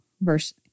verse